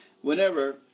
Whenever